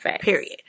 Period